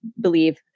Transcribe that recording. believe